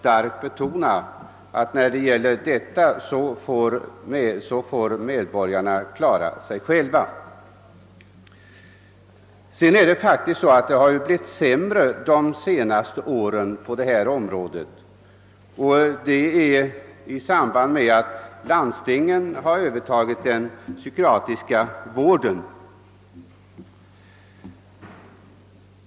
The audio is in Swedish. Varför betonar man då så starkt att medborgarna i detta fall får klara sig själva? I samband med att landstingen övertog den psykiatriska vården har förhållandena dessutom faktiskt blivit sämre i detta avseende.